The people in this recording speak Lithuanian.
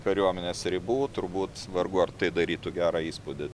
kariuomenės ribų turbūt vargu ar tai darytų gerą įspūdį